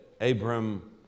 Abram